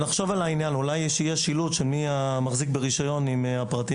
נחשוב על העניין שאולי יהיה אפילו שילוט של מיהו המחזיק ברישיון ופרטיו.